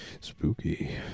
Spooky